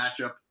matchup